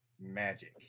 magic